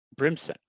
Brimson